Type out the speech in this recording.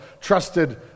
trusted